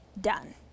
done